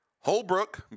Holbrook